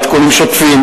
עדכונים שוטפים,